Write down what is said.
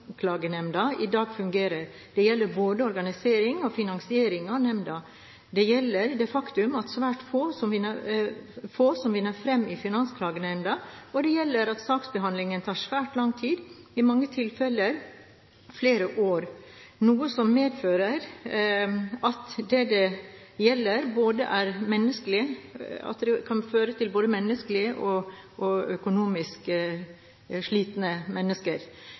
i dag fungerer. Det gjelder både organisering og finansiering av nemnda, det gjelder det faktum at det er svært få som vinner fram i Finansklagenemnda, og det gjelder det at saksbehandlingen tar svært lang tid, i mange tilfeller flere år, noe som medfører at de det gjelder, både er menneskelig og økonomisk utslitt. I en slik situasjon er det